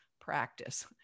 practice